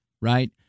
right